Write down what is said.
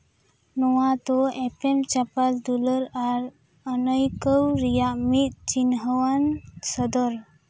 ᱱᱚᱣᱟ ᱛᱚ ᱮᱯᱮᱢ ᱪᱟᱯᱟᱞ ᱫᱩᱞᱟᱹᱲ ᱟᱨ ᱟᱱᱟᱹᱭᱠᱟᱹᱣ ᱨᱮᱭᱟᱜ ᱢᱤᱫ ᱪᱤᱱᱦᱟᱹᱣᱟᱱ ᱥᱚᱫᱚᱨ